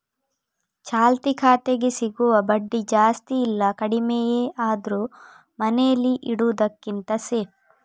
ಚಾಲ್ತಿ ಖಾತೆಗೆ ಸಿಗುವ ಬಡ್ಡಿ ಜಾಸ್ತಿ ಇಲ್ಲ ಕಡಿಮೆಯೇ ಆದ್ರೂ ಮನೇಲಿ ಇಡುದಕ್ಕಿಂತ ಸೇಫ್